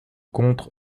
contre